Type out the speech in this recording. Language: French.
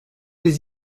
les